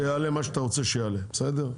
שיעלה מה שאתה רוצה שיעלה, בסדר?